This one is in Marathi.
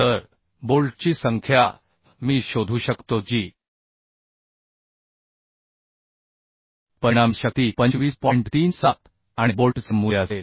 तर बोल्टची संख्या मी शोधू शकतो जी परिणामी शक्ती 25 आणि बोल्टचे मूल्य 37 असेल